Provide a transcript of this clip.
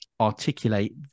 articulate